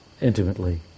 intimately